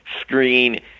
screen